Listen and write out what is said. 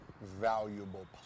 valuable